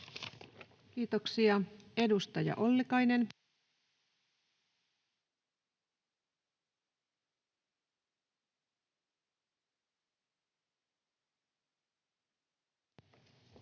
Kiitoksia. — Edustaja Ollikainen. [Speech